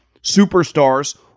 superstars